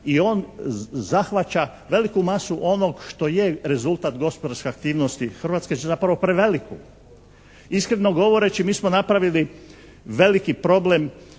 i on zahvaća veliku masu onog što je rezultat gospodarske aktivnosti Hrvatske, zapravo preveliku. Iskreno govoreći, mi smo napravili veliki problem